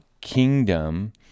kingdom